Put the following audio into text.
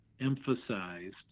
emphasized